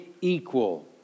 equal